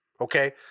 okay